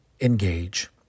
engage